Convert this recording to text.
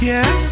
Yes